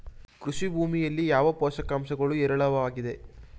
ಕೃಷಿ ಭೂಮಿಯಲ್ಲಿ ಯಾವ ಪೋಷಕಾಂಶಗಳು ಹೇರಳವಾಗಿವೆ?